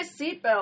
seatbelt